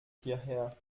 hierher